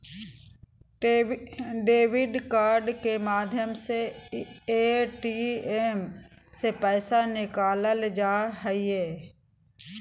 debit card के माध्यम से ए.टी.एम से पैसा निकालल जा हय